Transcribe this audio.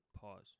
Pause